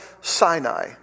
Sinai